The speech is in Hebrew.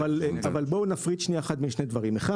בואו נפריד אחד משני דברים: א',